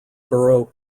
borough